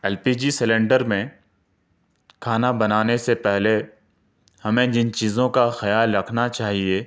L P G cylinder میں کھانا بنانے سے پہلے ہمیں جن چیزوں کا خیال رکھنا چاہیے